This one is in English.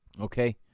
Okay